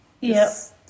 Yes